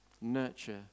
nurture